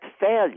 failure